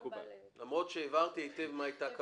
מקובל, למרות שהבהרתי היטב מה היתה הכוונה.